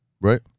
right